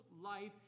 life